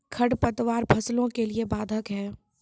खडपतवार फसलों के लिए बाधक हैं?